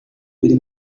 biri